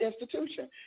institution